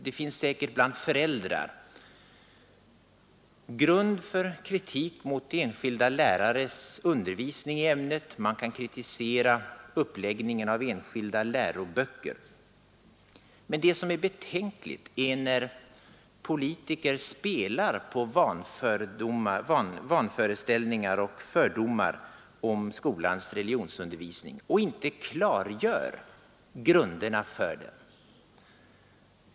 Det kan finnas en grund för kritik mot enskilda lärares undervisning i ämnet, och man kan kritisera uppläggningen av enskilda läroböcker. Men det som är betänkligt är när politiker spelar på vanföreställningar och fördomar om skolans religionsundervisning och inte klargör grunderna för den.